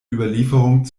überlieferung